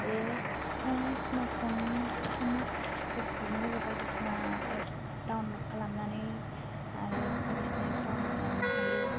बे स्मार्टफनखौनो फेसबुक बाइदिसिना एप डाउनलड खालामनानै आरो बाइदिसिना एप डाउनलड खालामनो हायो